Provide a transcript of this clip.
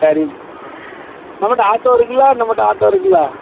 சரி நம்மட்ட ஆட்டோ இருக்குதுல்ல நம்மட்ட ஆட்டோ இருக்குதுல்ல